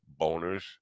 boners